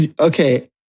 okay